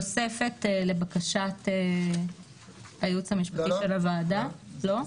תוספת לבקשת הייעוץ המשפטי של הוועדה, לא?